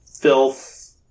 filth